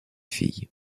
fille